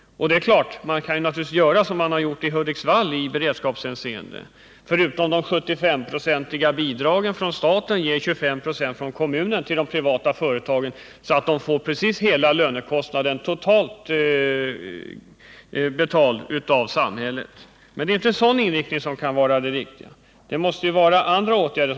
Men man kan naturligtvis lösa de här problemen så som man gjort i Hudiksvall. Där har de privata företagen förutom de 75-procentiga bidragen från staten fått 25 96 av lönekostnaderna av kommunen. Företagen har alltså fått precis hela lönekostnaden betald av samhället, men det är ju inte en sådan inriktning av arbetsmarknadspolitiken som är den riktiga. Det måste kunna vidtas andra åtgärder.